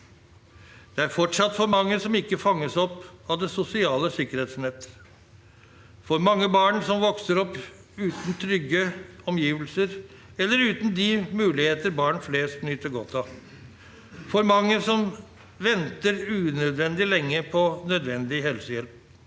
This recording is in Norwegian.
Det er fortsatt for mange som ikke fanges opp av det sosiale sikkerhetsnettet, for mange barn som vokser opp uten trygge omgivelser eller uten de muligheter barn flest nyter godt av, og for mange som venter unødvendig lenge på nødvendig helsehjelp.